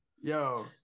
Yo